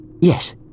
Yes